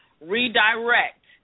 redirect